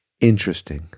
interesting